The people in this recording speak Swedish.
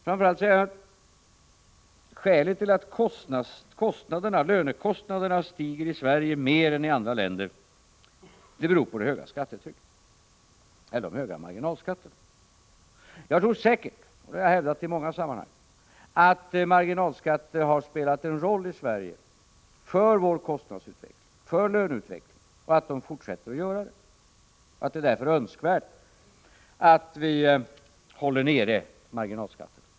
Framför allt, säger Lars Tobisson, är skälet till att lönekostnaderna stiger mera i Sverige än i andra länder det höga skattetrycket, de höga marginalskatterna. Jag är säker på att — det har jag hävdat i många sammanhang — marginalskatterna har spelat en roll i Sverige för kostnadsutvecklingen, för löneutvecklingen, och att de fortsätter att göra det, så att det därför är önskvärt att vi håller nere marginalskatterna.